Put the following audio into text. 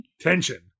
tension